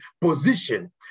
position